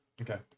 Okay